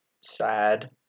sad